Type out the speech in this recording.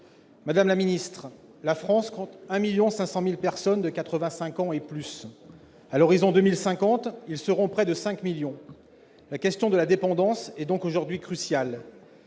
de la santé ... La France compte 1,5 million de personnes de 85 ans et plus. À l'horizon de 2050, elles seront près de 5 millions. La question de la dépendance est donc aujourd'hui cruciale.